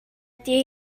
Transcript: ydy